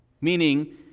meaning